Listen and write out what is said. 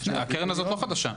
הקרן הזו לא חדשה.